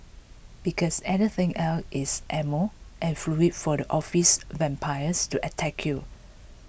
because anything else is ammo and fuel for the office vampires to attack you